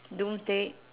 don't say